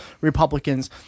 Republicans